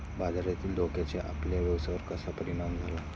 बाजारातील धोक्याचा आपल्या व्यवसायावर कसा परिणाम झाला?